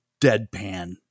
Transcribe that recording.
deadpan